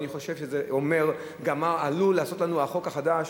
אני חושב שזה אומר גם מה עלול לעשות לנו החוק החדש,